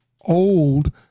old